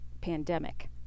pandemic